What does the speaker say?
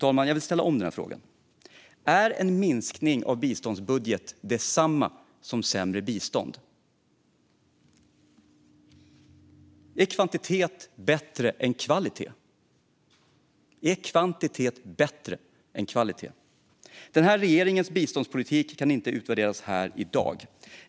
Jag vill ställa om den frågan: Är en minskning av biståndsbudgeten detsamma som sämre bistånd? Är kvantitet bättre än kvalitet? Jag frågar igen: Är kvantitet bättre än kvalitet? Denna regerings biståndspolitik kan inte utvärderas här i dag.